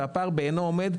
והפער בעינו עומד,